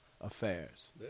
affairs